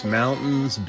mountains